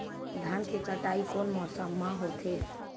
धान के कटाई कोन मौसम मा होथे?